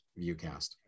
ViewCast